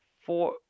Four